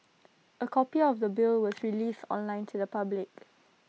A copy of the bill was released online to the public